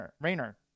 Rainer